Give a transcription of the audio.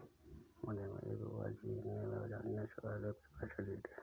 मुझे मेरी बुआ जी ने जाने से पहले कुछ पैसे दिए थे